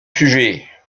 sujet